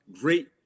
Great